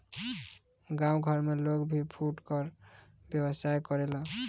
गांव घर में लोग भी फुटकर व्यवसाय करेला